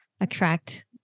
attract